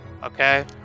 Okay